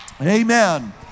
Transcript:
Amen